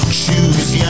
choose